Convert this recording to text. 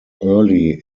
early